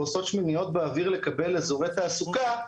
עושות שמיניות באוויר לקבל אזורי תעסוקה,